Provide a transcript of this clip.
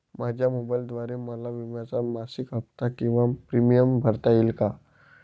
माझ्या मोबाईलद्वारे मला विम्याचा मासिक हफ्ता किंवा प्रीमियम भरता येईल का?